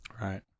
Right